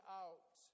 out